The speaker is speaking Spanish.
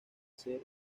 ser